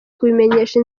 kubimenyesha